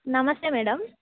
నమస్తే మేడం